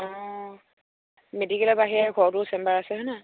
অঁ মেডিকেলৰ বাহিৰে ঘৰটো চেম্বাৰ আছে হয় নহয়